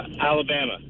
Alabama